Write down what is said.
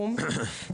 שכן.